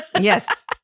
Yes